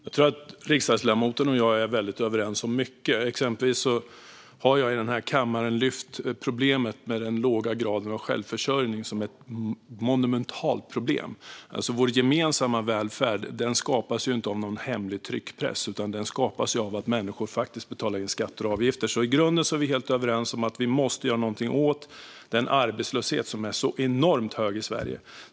Fru talman! Jag tror att riksdagsledamoten och jag är överens om väldigt mycket. Exempelvis har jag i denna kammare lyft upp att den låga graden av självförsörjning är ett monumentalt problem. Vår gemensamma välfärd skapas inte av någon hemlig tryckpress, utan den skapas av att människor betalar in skatter och avgifter. I grunden är vi helt överens om att vi måste göra något åt arbetslösheten, som är enormt hög i Sverige.